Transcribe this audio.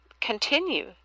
continue